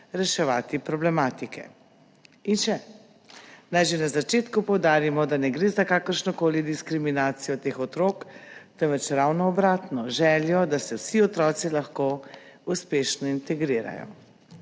reševati problematike.« In še: »Naj že na začetku poudarimo, da ne gre za kakršnokoli diskriminacijo teh otrok, temveč ravno obratno, željo, da se vsi otroci lahko uspešno integrirajo.«